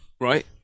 right